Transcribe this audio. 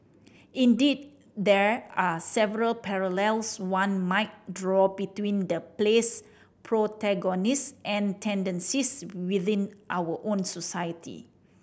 indeed there are several parallels one might draw between the play's protagonist and tendencies within our own society